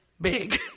big